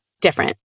different